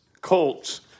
Colts